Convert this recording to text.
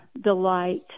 delight